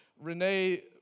Renee